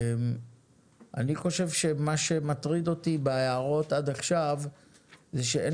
אני חושב שמה שמטריד אותי בהערות עד עכשיו זה שאין